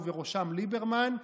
ובראשם ליברמן,